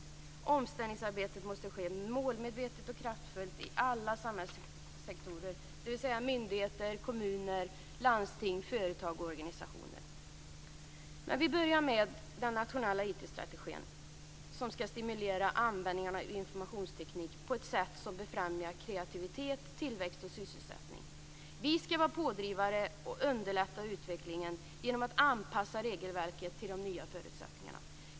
Omställningsarbetet måste ske målmedvetet och kraftfullt i alla samhällssektorer, dvs. myndigheter, kommuner, landsting, företag och organisationer. Men vi börjar med den nationella IT-strategin som skall stimulera användningen av informationsteknik på ett sätt som befrämjar kreativitet, tillväxt och sysselsättning. Vi skall vara pådrivare och underlätta utvecklingen genom att anpassa regelverket till de nya förutsättningarna.